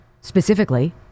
specifically